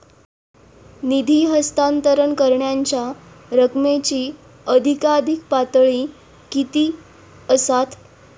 निधी हस्तांतरण करण्यांच्या रकमेची अधिकाधिक पातळी किती असात?